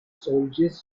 soldiers